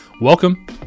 Welcome